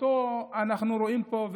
שאותו אנחנו רואים פה,